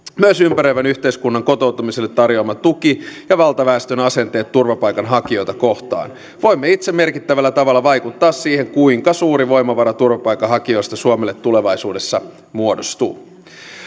myös ympäröivän yhteiskunnan kotouttamiselle tarjoama tuki ja valtaväestön asenteet turvapaikanhakijoita kohtaan voimme itse merkittävällä tavalla vaikuttaa siihen kuinka suuri voimavara turvapaikanhakijoista suomelle tulevaisuudessa muodostuu